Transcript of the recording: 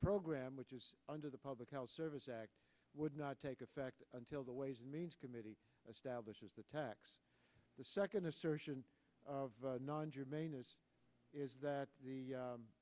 program which is under the public health service act would not take effect until the ways and means committee stablish is the tax the second assertion of non germane is that the